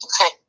Okay